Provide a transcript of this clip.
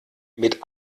mit